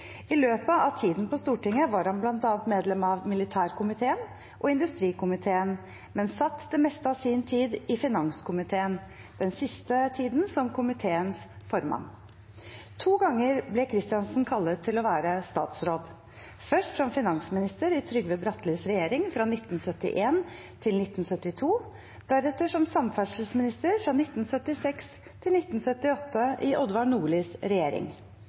I løpet av tiden på Stortinget var han bl.a. medlem av militærkomiteen og industrikomiteen, men han satt det meste av sin tid i finanskomiteen – den siste tiden som komiteens formann. To ganger ble Christiansen kallet til å være statsråd, først som finansminister i Trygve Brattelis regjering fra 1971 til 1972, deretter som samferdselsminister fra 1976 til 1978 i Odvar Nordlis regjering.